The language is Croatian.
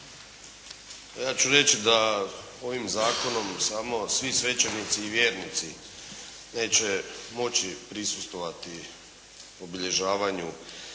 Ja ću reći da ovim zakonom samo svi svećenici i vjernici neće moći prisustvovati obilježavanju